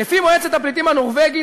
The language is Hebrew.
לפי "מועצת הפליטים הנורבגית",